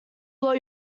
blow